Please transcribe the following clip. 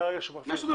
מהרגע --- מה יש ---,